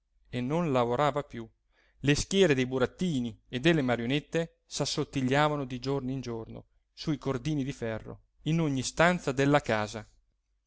e non lavorava più le schiere dei burattini e delle marionette s'assottigliavano di giorno in giorno su i cordini di ferro in ogni stanza della casa